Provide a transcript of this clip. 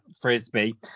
frisbee